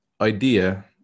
idea